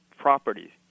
Properties